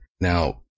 Now